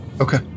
Okay